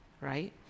right